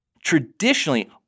Traditionally